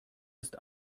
ist